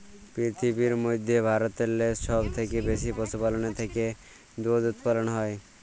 পিরথিবীর মইধ্যে ভারতেল্লে ছব থ্যাইকে বেশি পশুপাললের থ্যাইকে দুহুদ উৎপাদল হ্যয়